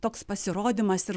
toks pasirodymas ir